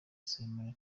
simon